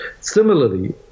Similarly